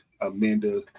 Amanda